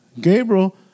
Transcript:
Gabriel